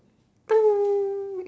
toot